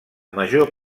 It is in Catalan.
major